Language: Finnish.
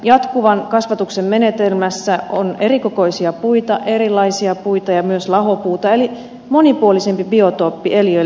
jatkuvan kasvatuksen menetelmässä on erikokoisia puita erilaisia puita ja myös lahopuuta eli monipuolisempi biotooppi eliöille